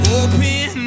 open